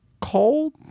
Cold